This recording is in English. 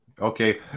Okay